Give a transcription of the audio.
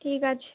ঠিক আছে